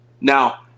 Now